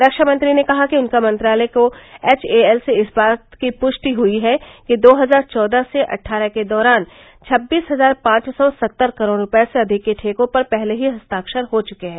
रक्षामंत्री ने कहा कि उनके मंत्रालय को एच ए एल से इस बात की पुष्टि प्राप्त हई है कि दो हजार चौदह अट्ठारह के दौरान छब्बीस हजार पांच सौ सत्तर करोड़ रूपए से अधिक के ठेकों पर पहले ही हस्ताक्षर हो चुके हैं